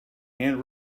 and